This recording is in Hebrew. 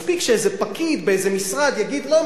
מספיק שאיזה פקיד באיזה משרד יגיד "לא",